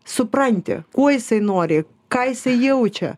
supranti ko jisai nori ką jisai jaučia